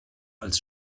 als